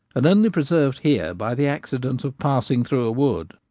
and only pre served here by the accident of passing through a wood.